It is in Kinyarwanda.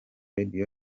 radio